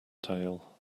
tale